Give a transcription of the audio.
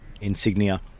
insignia